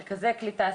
מרכזי קליטה,